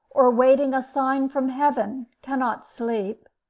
or waiting a sign from heaven, cannot sleep.